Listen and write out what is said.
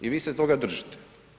I vi se toga držite.